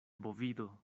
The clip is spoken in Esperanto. bovido